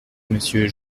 monsieur